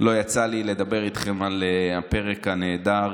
לא יצא לי לדבר איתכם על הפרק הנהדר